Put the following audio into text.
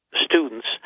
students